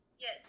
Yes